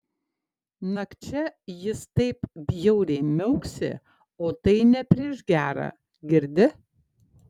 nakčia jis taip bjauriai miauksi o tai ne prieš gera girdi